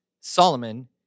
Solomon